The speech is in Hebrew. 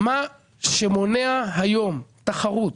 מה שמונע היום תחרות,